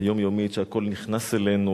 היומיומית, שהכול נכנס אלינו